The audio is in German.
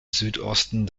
südosten